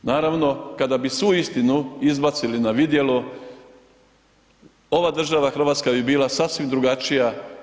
Naravno kada bi svu istinu izbacili na vidjelo ova država Hrvatska bi bila sasvim drugačija.